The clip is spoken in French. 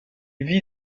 vit